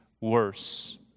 worse